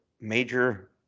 Major